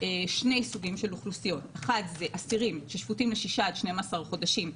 שני סוגים של אוכלוסיות: אחד זה אסירים ששפוטים לשישה עד 12 חודשים,